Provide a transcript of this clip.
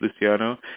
Luciano